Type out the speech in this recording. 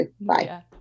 Bye